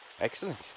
Excellent